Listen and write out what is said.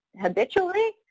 habitually